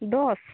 ᱫᱚᱥ